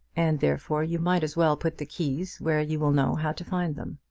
and therefore you might as well put the keys where you will know how to find them.